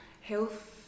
health